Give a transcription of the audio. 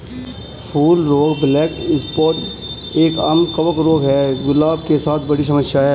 फूल रोग black spot एक, आम कवक रोग है, गुलाब के साथ बड़ी समस्या है